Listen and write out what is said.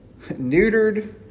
neutered